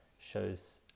shows